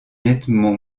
nettement